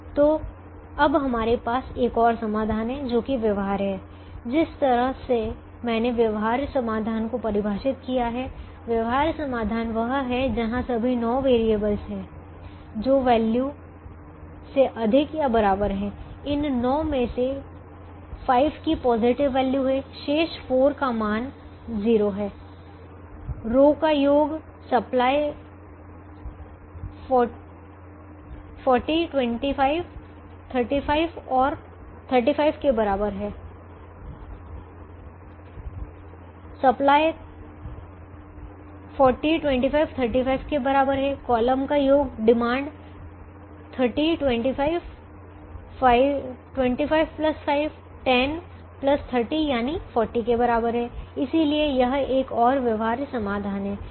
तो अब हमारे पास एक और समाधान है जो की व्यवहार्य है जिस तरह से मैंने व्यवहार्य समाधान को परिभाषित किया है व्यवहार्य समाधान वह है जहां सभी नौ वेरिएबल हैं जो वैल्यू से अधिक या बराबर हैं इन 9 में से 5 की पॉजिटिव वैल्यू है शेष 4 का मान 0 है रो का योग सप्लाई 40 25 35 के बराबर है कॉलम का योग डिमांड 30 25 5 10 30 यानि 40 के बराबर है इसलिए यह एक और व्यवहार्य समाधान है